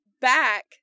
back